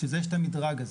בשביל זה יש את המדרג הזה,